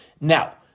Now